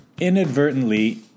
inadvertently